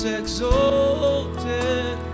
exalted